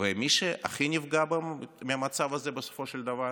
ומי שהכי נפגעים מהמצב הזה בסופו של דבר